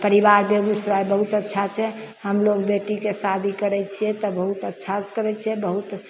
परिबार बेगुसराय बहुत अच्छा छै हमलोग बेटीके शादी करैत छियै तऽ बहुत अच्छासँ करैत छियै बहुत